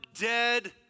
dead